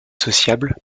sociable